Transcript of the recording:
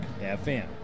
FM